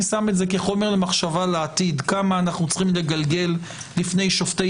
אני שם את זה כחומר מחשבה לעתיד כמה אנו צריכים לגלגל בפני שופטי